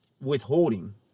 withholding